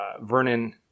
Vernon